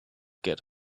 get